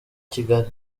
kigali